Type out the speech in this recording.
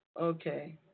Okay